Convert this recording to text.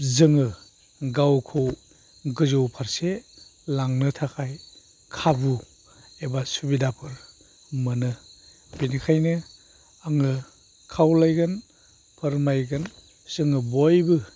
जोङो गावखौ गोजौ फारसे लांनो थाखाय खाबु एबा सुबिदाफोर मोनो बेनिखायनो आङो खावलायगोन फोरमायगोन जोङो बयबो